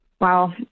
Wow